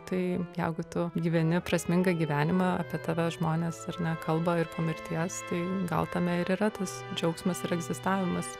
tai jeigu tu gyveni prasmingą gyvenimą apie tave žmonės ar ne kalba ir po mirties tai gal tame ir yra tas džiaugsmas ir egzistavimas